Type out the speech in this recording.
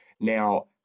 Now